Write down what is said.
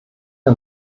der